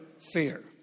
fear